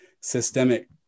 systemic